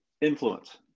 influence